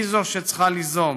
היא שצריכה ליזום,